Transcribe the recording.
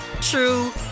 true